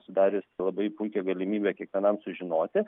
sudariusi labai puikią galimybę kiekvienam sužinoti